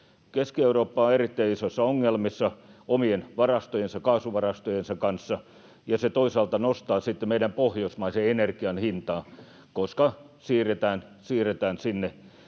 Keski-Eurooppa on erittäin isoissa ongelmissa omien kaasuvarastojensa kanssa, ja se toisaalta nostaa sitten meidän pohjoismaisen energian hintaa, koska sinne